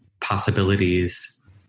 possibilities